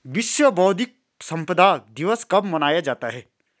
विश्व बौद्धिक संपदा दिवस कब मनाया जाता है?